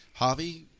Javi